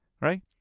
right